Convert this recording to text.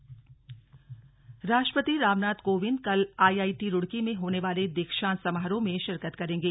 राष्ट्रपति आईआईटी रूड़की राष्ट्रपति रामनाथ कोविंद कल आईआईटी रुड़की में होने वाले दीक्षांत समारोह मे शिरकत करेंगे